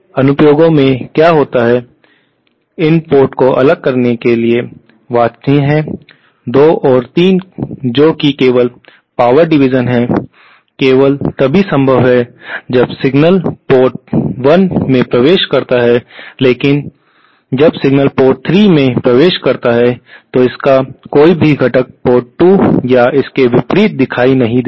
अनुप्रयोगों में क्या होता है इन पोर्ट को अलग करने के लिए वांछनीय है 2 और 3 जो कि केवल पावर डिवीज़न है केवल तभी संभव है जब सिग्नल पोर्ट 1 में प्रवेश करता है लेकिन जब सिग्नल पोर्ट 3 में प्रवेश करता है तो इसका कोई भी घटक पोर्ट 2 या इसके विपरीत दिखाई नहीं देगा